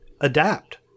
adapt